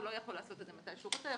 הוא לא יכול לעשות את זה מתי שהוא רוצה,